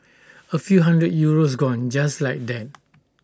A few hundred euros gone just like that